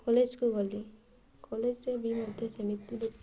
କଲେଜ୍କୁ ଗଲି କଲେଜ୍ରେ ବି ମଧ୍ୟ ସେମିତି ନୃତ୍ୟ